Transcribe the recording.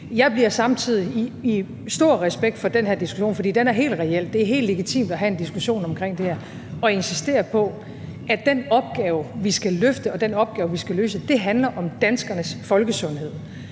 Jeg bliver samtidig nødt til i stor respekt for den her diskussion, for den er helt reel, det er helt legitimt at have en diskussion omkring det her, at insistere på, at den opgave, vi skal løfte, og den opgave, vi skal løse, handler om danskernes folkesundhed.